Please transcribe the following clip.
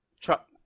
truck